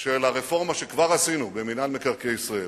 של הרפורמה, שכבר עשינו במינהל מקרקעי ישראל,